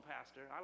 Pastor